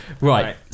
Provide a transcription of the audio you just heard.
Right